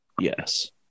Yes